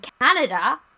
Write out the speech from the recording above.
Canada